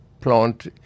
plant